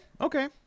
okay